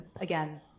again